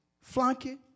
flunky